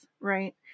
right